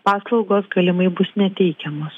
paslaugos galimai bus neteikiamos